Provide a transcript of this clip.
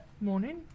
Morning